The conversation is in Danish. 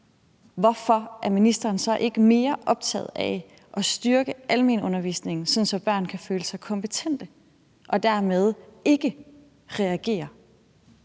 hvorfor ministeren så ikke er mere optaget af at styrke almenundervisningen, sådan at børn kan føle sig kompetente og dermed ikke reagerer.